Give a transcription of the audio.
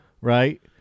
right